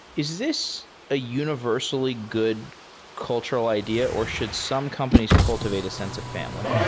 is this a universally good cultural idea, or should some companies cultivate a sense of family?